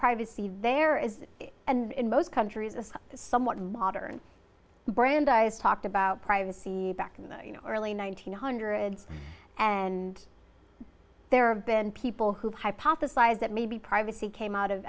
privacy there is and in most countries a somewhat modern brandeis talked about privacy back in the early one nine hundred and there have been people who hypothesize that maybe privacy came out of